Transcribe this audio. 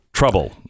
Trouble